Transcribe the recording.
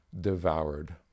devoured